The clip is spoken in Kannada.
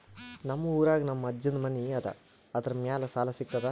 ನಮ್ ಊರಾಗ ನಮ್ ಅಜ್ಜನ್ ಮನಿ ಅದ, ಅದರ ಮ್ಯಾಲ ಸಾಲಾ ಸಿಗ್ತದ?